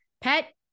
pet